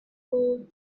gold